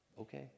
okay